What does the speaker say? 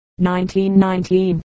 1919